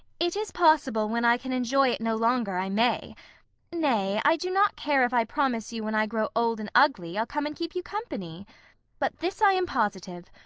it is possible when i can enjoy it no longer, i may nay, i do not care if i promise you when i grow old and ugly, i'll come and keep you company but this i am positive,